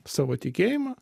savo tikėjimą